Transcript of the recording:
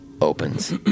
opens